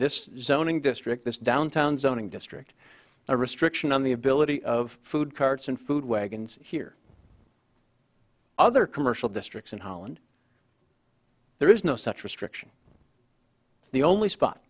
this zoning district this downtown zoning district a restriction on the ability of food carts and food wagons here other commercial districts in holland there is no such restriction the only spot